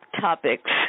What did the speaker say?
topics